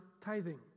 tithing